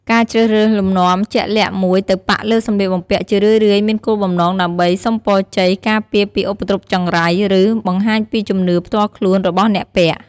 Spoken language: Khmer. ការជ្រើសរើសលំនាំជាក់លាក់មួយទៅប៉ាក់លើសម្លៀកបំពាក់ ជារឿយៗមានគោលបំណងដើម្បី សុំពរជ័យ ការពារពីឧបទ្រពចង្រៃ ឬ បង្ហាញពីជំនឿផ្ទាល់ខ្លួន របស់អ្នកពាក់។